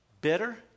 Bitter